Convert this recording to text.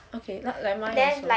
okay like like mine also